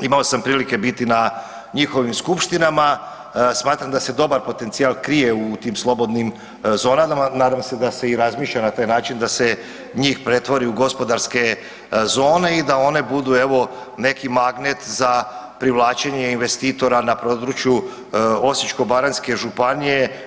imao sam prilike biti na njihovim skupštinama, smatram da se dobar potencijal krije u tim slobodnim zonama, nadam se da se i razmišlja na taj način da se njih pretvori u gospodarske zone i da one budu, evo, neki magnet za privlačenje investitora na području Osječko-baranjske županije.